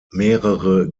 mehrere